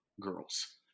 girls